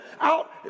out